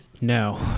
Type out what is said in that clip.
No